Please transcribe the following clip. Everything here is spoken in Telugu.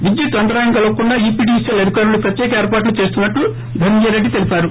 విద్యుత్ అంతరాయం కలగకుండా ఇపిడిస్ఎల్ అధికారులు ప్రత్యెక ఏర్పాట్లు చేస్తున్న ట్లు ధనంజయ రెడ్డి తెలిపారు